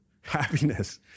happiness